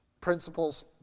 principles